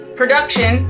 production